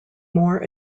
more